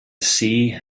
sea